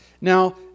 Now